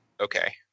okay